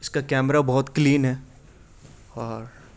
اس کا کیمرہ بہت کلین ہے اور